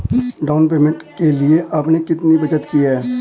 Down payment के लिए आपने कितनी बचत की है?